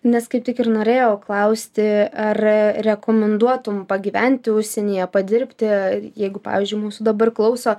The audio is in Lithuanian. nes kaip tik ir norėjau klausti ar rekomenduotum pagyventi užsienyje padirbti jeigu pavyzdžiui mūsų dabar klauso